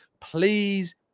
please